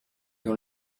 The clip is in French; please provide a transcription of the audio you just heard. dans